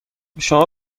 شما